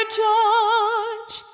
judge